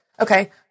Okay